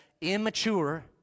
immature